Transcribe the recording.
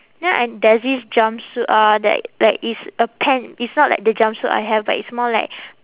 then I there's this jumpsuit uh that like it's a pant it's not like the jumpsuit I have but it's more like